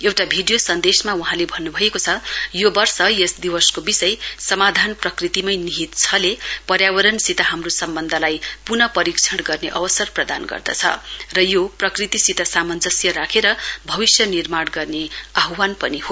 एउटा भिडियो सन्देशमा वहाँले भन्नु भयो यो वर्ष यस दिवसको विषय समाधान प्रकतिमै निहित छ ले पर्यावरणसित हाम्रो सम्बन्धलाई पुनः परीक्षण गर्ने अवसर प्रदान गर्दछ र यो प्रकृतिसित सामञ्जस्य राखेर भविष्य निर्माण गर्ने आह्वान पनि हो